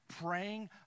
praying